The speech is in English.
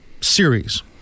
series